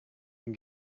been